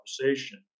conversation